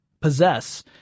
possess